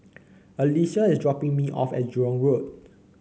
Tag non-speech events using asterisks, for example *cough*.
Alycia is dropping me off at Jurong *noise* Road